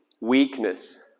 weakness